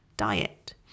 diet